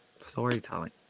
Storytelling